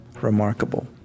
remarkable